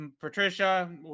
Patricia